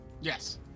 Yes